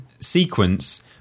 sequence